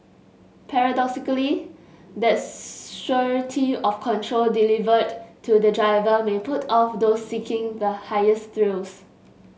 paradoxically that surety of control delivered to the driver may put off those seeking the highest thrills